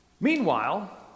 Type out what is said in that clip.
Meanwhile